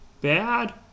bad